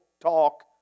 talk